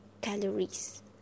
calories